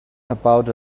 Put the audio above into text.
about